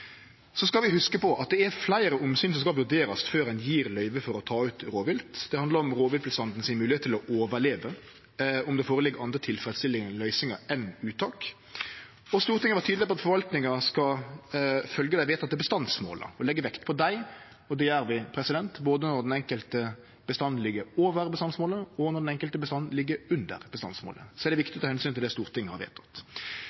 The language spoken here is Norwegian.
Så skal vi hugse på at det er fleire omsyn som skal vurderast før ein gjev løyve for å ta ut rovvilt. Det handlar om moglegheita for rovviltbestanden til å overleve og om i kva grad det ligg føre andre tilfredsstillande løysingar enn uttak, og Stortinget var tydeleg på at forvaltinga skal følgje dei vedtekne bestandsmåla og leggje vekt på dei, og det gjer me. Både når den enkelte bestanden ligg over bestandsmålet, og når den enkelte bestanden ligg under bestandsmålet, er det